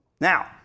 Now